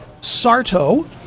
Sarto